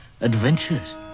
adventures